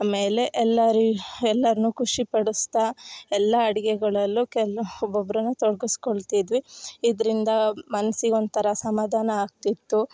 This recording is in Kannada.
ಆಮೇಲೆ ಎಲ್ಲರು ಎಲ್ಲರನ್ನು ಖುಷಿ ಪಡಿಸ್ತಾ ಎಲ್ಲ ಅಡುಗೆಗಳಲ್ಲು ಕೆಲ ಒಬ್ಬೊಬ್ಬರನ್ನ ತೊಡಗಿಸ್ಕೊಳ್ತಿದ್ವಿ ಇದರಿಂದ ಮನ್ಸಿಗೊಂಥರ ಸಮಧಾನ ಆಗ್ತಿತ್ತು